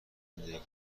زندگی